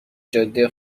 جاده